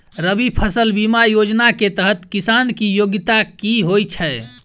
रबी फसल बीमा योजना केँ तहत किसान की योग्यता की होइ छै?